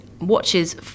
watches